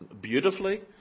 beautifully